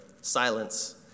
Silence